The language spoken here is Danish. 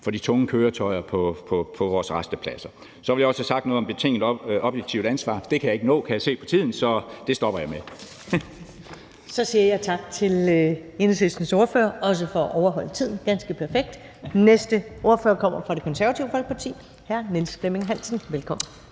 for de tunge køretøjer på vores rastepladser. Så ville jeg også have sagt noget om betinget objektivt ansvar, men det kan jeg ikke nå, kan jeg se på tiden, så det stopper jeg med. Kl. 15:31 Første næstformand (Karen Ellemann): Så siger jeg tak til Enhedslistens ordfører, også for at overholde tiden ganske perfekt. Den næste ordfører kommer fra Det Konservative Folkeparti. Hr. Niels Flemming Hansen, velkommen.